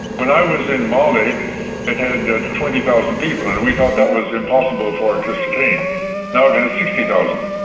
when i was in male it it had twenty thousand people and we thought that was impossible for it to sustain. now it has sixty thousand.